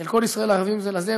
של כל ישראל ערבים זה לזה,